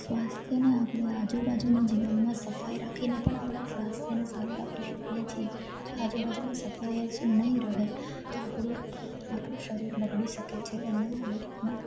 સ્વાસ્થ્યને આપળે આજુ બાજુના જીવનમાં સફાઈ રાખીને પણ આપળા સ્વાસ્થ્યને સારું રાખી શકીએ છીએ જો આજુ બાજુમાં સફાઈજ નહીં રહે તો આપણું આપળુ શરીર બગડી શકે છે અને આવી રીતના